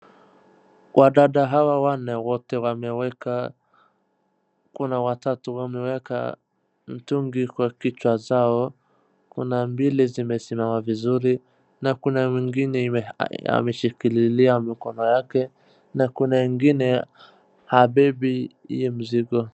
Wadada hawa wanne wote wameweka, kuna watatu wameweka mtungi kwa kichwa zao. Kuna mbili zimesiamama vizuri na kuna mwingine ameshikililia mkono yake na kuna ingine habebi hii mzigo.